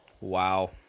Wow